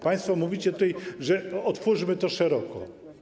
Państwo mówicie tutaj: otwórzmy to szeroko.